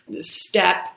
Step